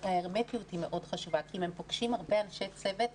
ההרמטיות היא מאוד חשובה כי אם הם פוגשים הרבה אנשי צוות,